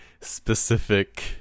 specific